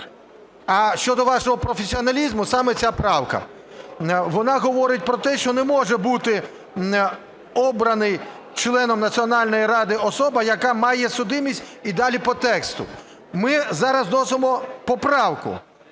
А щодо вашого професіоналізму, саме ця правка. Вона говорить про те, що не може бути обрана членом Національної ради особа, яка має судимість, і далі по тексту. Ми зараз вносимо поправку